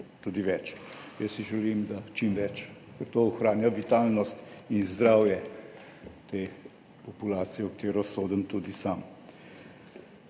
tudi več. Jaz si želim, da čim več, ker to ohranja vitalnost in zdravje te populacije, v katero sodim tudi sam.